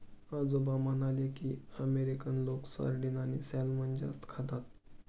आजोबा म्हणाले की, अमेरिकन लोक सार्डिन आणि सॅल्मन जास्त खातात